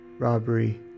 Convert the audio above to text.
robbery